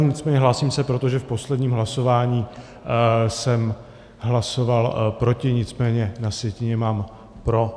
Nicméně hlásím se, protože v posledním hlasování jsem hlasoval proti, nicméně na sjetině mám pro.